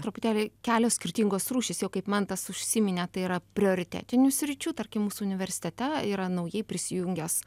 truputėlį kelios skirtingos rūšys jau kaip mantas užsiminė tai yra prioritetinių sričių tarkim mūsų universitete yra naujai prisijungęs